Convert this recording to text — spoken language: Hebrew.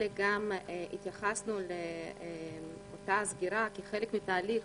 אלא גם התייחסנו לאותה הסגירה כחלק מתהליך